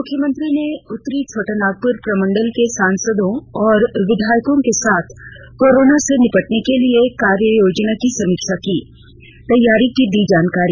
मुख्यमंत्री ने उतरी छोटानागपुर प्रमंडल के सांसदों और विधायकों के साथ कोरोना से निपटने के लिए कार्ययोजना की समीक्षा की तैयारियों की दी जानकारी